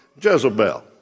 Jezebel